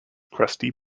crusty